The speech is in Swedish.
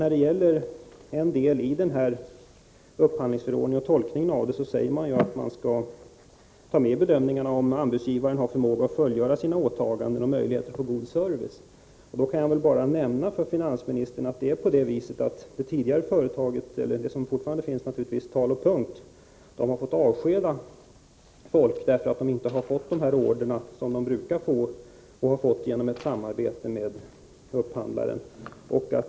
Beträffande tolkningen av upphandlingsförordningen sägs det bl.a. att det i bedömningen skall tas hänsyn till om anbudsgivaren har möjlighet att fullgöra sina åtaganden och om det finns möjlighet att få god service. Då kan jag väl bara nämna för finansministern att företaget Tal & Punkt har fått avskeda folk, därför att man inte har fått de order som man brukar få och som man fått genom samarbete med upphandlaren.